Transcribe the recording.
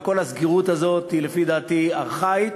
כל הסגירות הזאת היא לפי דעתי ארכאית.